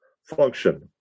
function